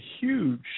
huge